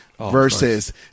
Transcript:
versus